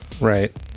Right